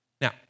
Now